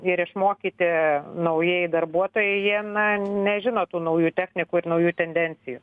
ir išmokyti naujai darbuotojai jie na nežino tų naujų technikų ir naujų tendencijų